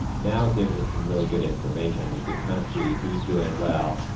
now gives us some really good information we can kind of see who's doing well,